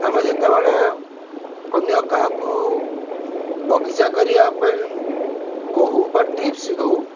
ଆମେ ଯେତେବେଳେ ଅନ୍ୟ କାହାକୁ ବଗିଚା କରିବା ପାଇଁ କହୁ ବା ଟିପ୍ସ ଦେଉ